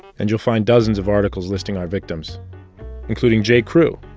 and you'll find dozens of articles listing our victims including j crew,